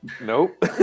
nope